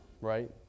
Right